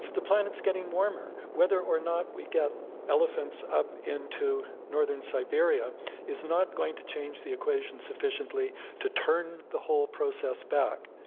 the planet's getting warmer. whether or not we get elephants up into northern siberia is not going to change the equation sufficiently to turn the whole process back.